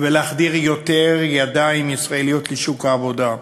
ולהחדיר יותר ידיים ישראליות לשוק העבודה.